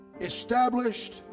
established